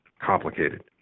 complicated